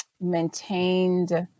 maintained